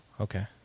Okay